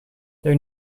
their